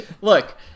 Look